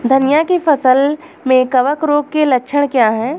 धनिया की फसल में कवक रोग के लक्षण क्या है?